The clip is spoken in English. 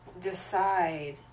decide